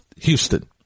Houston